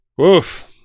Oof